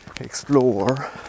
explore